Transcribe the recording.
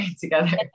together